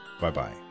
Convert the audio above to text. Bye-bye